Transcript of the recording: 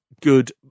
good